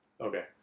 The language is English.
okay